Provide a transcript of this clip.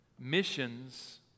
missions